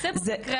זה במקרה